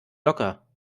locker